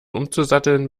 umzusatteln